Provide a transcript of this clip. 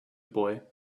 boy